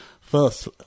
first